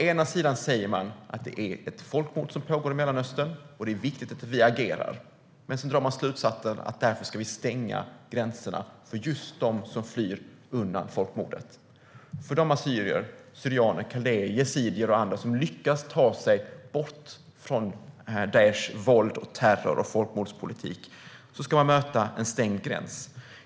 Man säger att det är ett folkmord som pågår i Mellanöstern och att det är viktigt att vi agerar. Men sedan drar man slutsatsen att därför ska vi stänga gränserna för just dem som flyr undan folkmordet. De assyrier, syrianer, kaldéer, yazidier och andra som lyckas ta sig bort från Daishs våld, terror och folkmordspolitik ska alltså möta en stängd gräns.